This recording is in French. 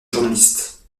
journaliste